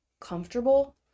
comfortable